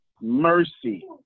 mercy